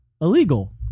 illegal